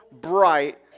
bright